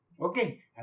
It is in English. okay